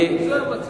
זה המצב,